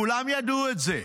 כולם ידעו את זה,